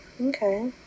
Okay